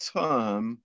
term